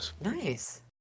nice